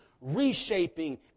reshaping